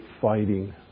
fighting